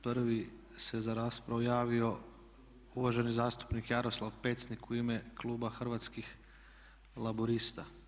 Prvi se za raspravu javio uvaženi zastupnik Jaroslav Pecnik u ime kluba Hrvatskih laburista.